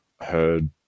heard